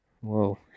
Whoa